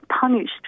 punished